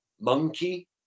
monkey